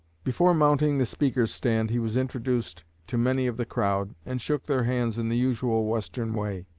before mounting the speaker's stand he was introduced to many of the crowd, and shook their hands in the usual western way.